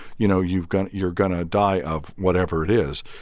you know, you've gone you're going to die of whatever it is.